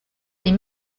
des